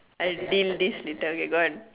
I'll deal this later okay go on